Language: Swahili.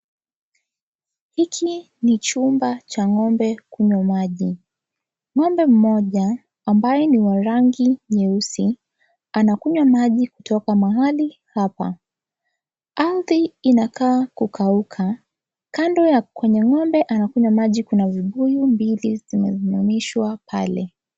Hiki ni chumba cha ng'ombe kunywa maji, ng'ombe mmoja ambaye ni wa rangi nyeusi anakunywa maji kutoka mahali hapa ardhi inakaa kukauka kando kwenye ng'ombe anakunywa maji kuna vibuyu mbili zimesimamishwa pale.